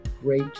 great